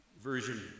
Version